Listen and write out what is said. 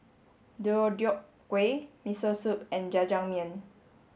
Deodeok Gui Miso Soup and Jajangmyeon